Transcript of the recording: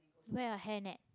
wear a hair net